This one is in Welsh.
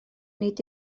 nid